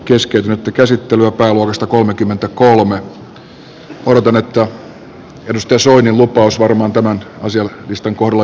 odotan että edustaja soinin lupaus varmaan tämän asialistan kohdalla jo toteutuu